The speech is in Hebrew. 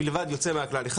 מלבד יוצא אחד מן הכלל,